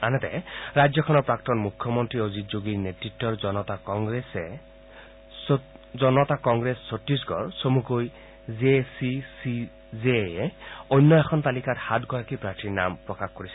আনহাতে ৰাজ্যখনৰ প্ৰাক্তন মুখ্যমন্ত্ৰী অজিত যোগীৰ নেতৃত্বৰ জনতা কংগ্ৰেছ ছট্টিশগড় চমুকৈ জে চি চি জেয়ে অন্য এখন তালিকাত সাত গৰাকী প্ৰাৰ্থীৰ নাম প্ৰকাশ কৰিছে